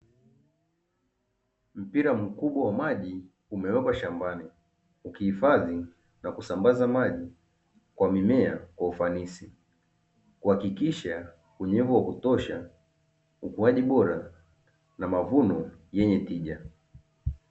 Mpira mkubwa wa maji umewekwa shambani ukihifadhi na kusambaza maji kwa mimea kwa ufanisi, kuhakikisha unyevu wa kutosha, ukuaji bora na mavuno yenye tija.